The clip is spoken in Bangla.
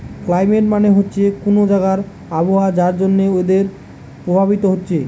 ক্লাইমেট মানে হচ্ছে কুনো জাগার আবহাওয়া যার জন্যে ওয়েদার প্রভাবিত হচ্ছে